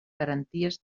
garanties